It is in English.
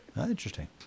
Interesting